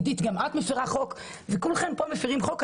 עידית, גם את מפרה חוק וכולכם פה מפרים חוק.